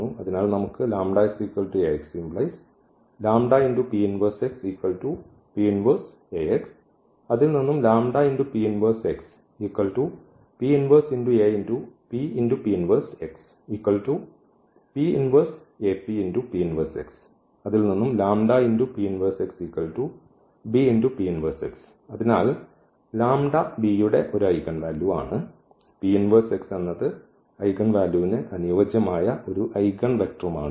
അതിനാൽ നമുക്ക് അതിനാൽ B യുടെ ഒരു ഐഗൻ വാല്യൂ ആണ് എന്നത് ഐഗൻ വാല്യൂന് അനുയോജ്യമായ ഒരു ഐഗൻവെക്റ്ററും ആണ്